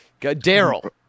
daryl